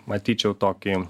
matyčiau tokį